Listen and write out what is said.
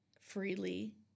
freely